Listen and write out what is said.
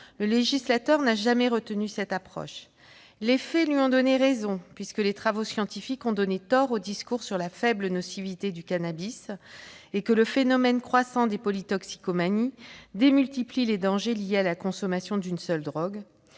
le législateur n'a jamais retenu cette approche. Les faits lui ont donné raison, puisque les travaux scientifiques ont démenti les discours sur la faible nocivité du cannabis et que le phénomène croissant des polytoxicomanies démultiplie les dangers liés à la consommation d'une seule drogue.